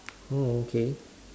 oh okay